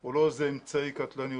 הוא לא אמצעי קטלני,